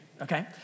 Okay